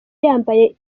yambaye